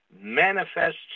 manifests